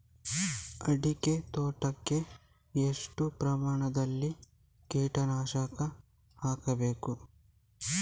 ಅಡಿಕೆ ತೋಟಕ್ಕೆ ಎಷ್ಟು ಪ್ರಮಾಣದಲ್ಲಿ ಕೀಟನಾಶಕ ಹಾಕಬೇಕು?